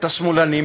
את השמאלנים,